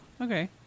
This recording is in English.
okay